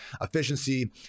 efficiency